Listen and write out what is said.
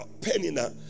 penina